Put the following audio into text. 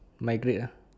migrate ah